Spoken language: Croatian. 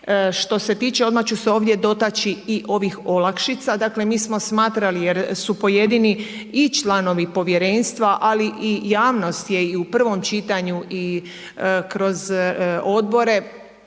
Što se tiče, odmah ću se ovdje dotaći ovih olakšica. Dakle, mi smo smatrali, jer su pojedini i članovi povjerenstva, ali i javnost je i u prvom čitanju i kroz Odbore,